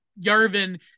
Yarvin